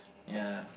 ya